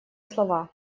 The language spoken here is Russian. слова